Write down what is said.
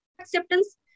acceptance